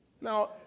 Now